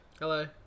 Hello